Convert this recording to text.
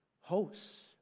hosts